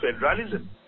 federalism